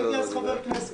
הייתי אז חבר כנסת.